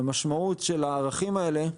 המשמעות של הערכים האלה,